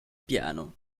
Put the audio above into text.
piano